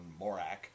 Morak